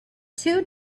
two